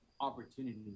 opportunities